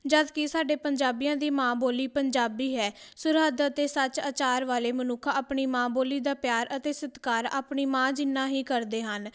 ਜਦ ਕਿ ਸਾਡੇ ਪੰਜਾਬੀਆਂ ਦੀ ਮਾਂ ਬੋਲੀ ਪੰਜਾਬੀ ਹੈ ਸਰਹੱਦ ਅਤੇ ਸੱਚ ਅਚਾਰ ਵਾਲੇ ਮਨੁੱਖ ਆਪਣੀ ਮਾਂ ਬੋਲੀ ਦਾ ਪਿਆਰ ਅਤੇ ਸਤਿਕਾਰ ਆਪਣੀ ਮਾਂ ਜਿੰਨਾਂ ਹੀ ਕਰਦੇ ਹਨ